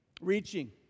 Reaching